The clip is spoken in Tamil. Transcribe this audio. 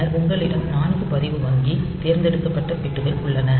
பின்னர் உங்களிடம் நான்கு பதிவு வங்கி தேர்ந்தெடுக்கப்பட்ட பிட்கள் உள்ளன